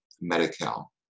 Medi-Cal